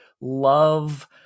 love